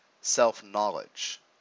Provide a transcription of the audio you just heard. Self-knowledge